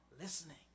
listening